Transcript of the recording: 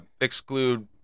exclude